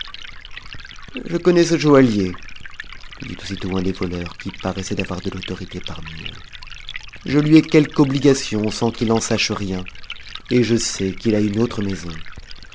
appartenait jeconnais ce joaillier ditaussitôt un des voleurs qui paraissaitavo de l'autorité parmi eux je lui ai quelque obligation sans qu'il en sac j j t je sais qu'il a une autre maison